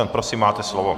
Prosím máte slovo.